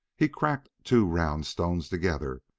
he cracked two round stones together,